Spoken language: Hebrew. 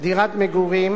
דירת מגורים